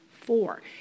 four